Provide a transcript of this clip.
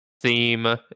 theme